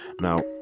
now